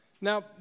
Now